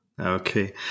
Okay